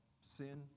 sin